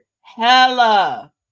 Hella